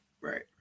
Right